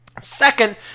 Second